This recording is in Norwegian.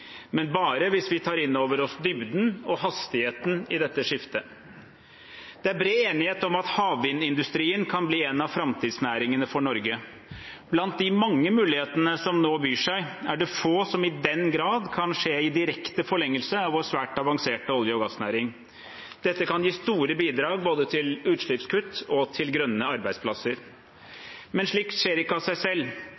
men bare hvis vi tar inn over oss dybden og hastigheten i dette skiftet. Det er bred enighet om at havvindindustrien kan bli en av framtidsnæringene for Norge. Blant de mange mulighetene som nå byr seg, er det få som i den grad kan skje i direkte forlengelse av vår svært avanserte olje- og gassnæring. Dette kan gi store bidrag både til utslippskutt og til grønne arbeidsplasser.